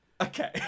Okay